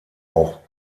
auch